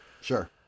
Sure